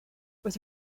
with